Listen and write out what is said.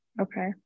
Okay